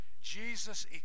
Jesus